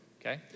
okay